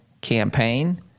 campaign